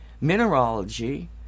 mineralogy